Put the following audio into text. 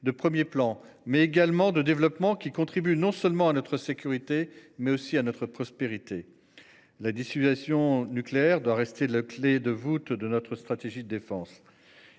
de 1er plan mais également de développement qui contribue non seulement à notre sécurité, mais aussi à notre prospérité. La dissuasion nucléaire doit rester la clé de voûte de notre stratégie de défense.